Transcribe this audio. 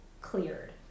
cleared